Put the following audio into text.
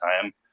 time